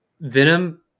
Venom